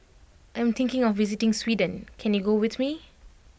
I am thinking of visiting Sweden can you go with me